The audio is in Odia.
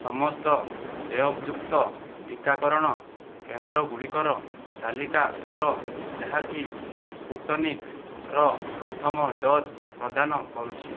ସମସ୍ତ ଦେୟଯୁକ୍ତ ଟିକାକରଣ କେନ୍ଦ୍ରଗୁଡ଼ିକର ତାଲିକା କର ଯାହାକି ସ୍ଫୁଟନିକ୍ର ପ୍ରଥମ ଡୋଜ୍ ପ୍ରଦାନ କରୁଛି